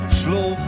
slow